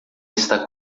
está